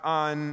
on